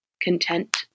content